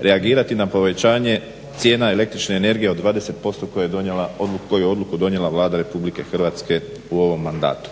reagirati na povećanje cijena električne energije od 20% koju je odluku donijela Vlada RH u ovom mandatu.